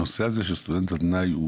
הנושא הזה של סטודנט על תנאי,